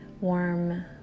warm